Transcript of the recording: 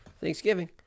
Thanksgiving